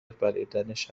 بلعیدنش